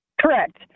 Correct